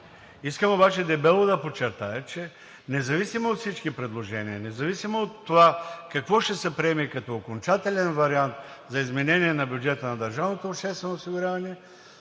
Искам обаче дебело да подчертая, че независимо от всички предложения, независимо от това какво ще се приеме като окончателен вариант за изменение на бюджета на